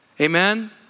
Amen